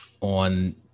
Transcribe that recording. on